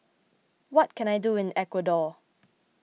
what can I do in Ecuador